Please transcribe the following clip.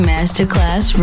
Masterclass